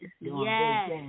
Yes